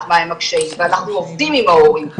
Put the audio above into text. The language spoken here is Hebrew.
מה הם הקשיים ואנחנו עובדים עם ההורים,